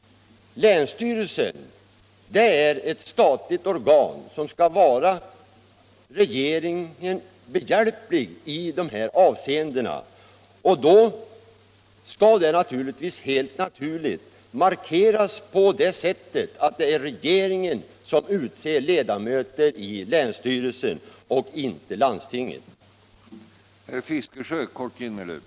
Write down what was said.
Länsstyrelsen är ett statligt organ som skall vara re geringen behjälplig i de här avseendena, och då skall detta helt naturligt markeras på det sättet att regeringen och inte landstinget utser ledamöter i länsstyrelsen.